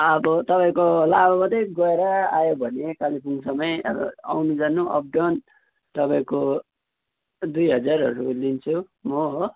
अब तपाईँको लाभाबाटै गएर आयो भने कालिम्पोङसम्मै अब आउनुजानु अपडाउन तपाईँको दुई हजारहरू लिन्छु म हो